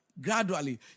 gradually